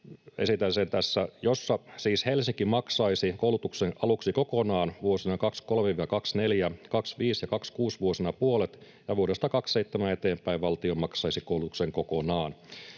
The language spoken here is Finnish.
esitän sen tässä — jossa siis Helsinki maksaisi koulutuksen aluksi kokonaan vuosina 23—24 ja 25—26 puolet, ja vuodesta 27 eteenpäin valtio maksaisi koulutuksen kokonaan.